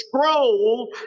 scroll